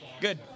Good